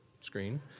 screen